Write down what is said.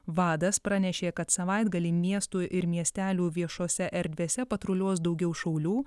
vadas pranešė kad savaitgalį miestų ir miestelių viešose erdvėse patruliuos daugiau šaulių